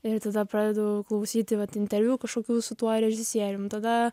ir tada pradedu klausyti vat interviu kažkokių su tuo režisierium tada